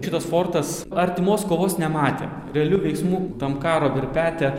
šitas fortas artimos kovos nematė realių veiksmų tam karo verpete